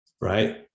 right